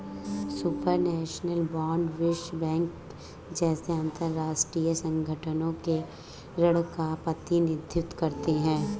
supranational bond विश्व bank जैसे अंतरराष्ट्रीय संगठनों के ऋण का प्रतिनिधित्व करते हैं